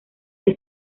que